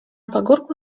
pagórku